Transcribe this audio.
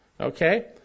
Okay